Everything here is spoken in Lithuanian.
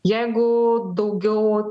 jeigu daugiau